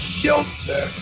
shelter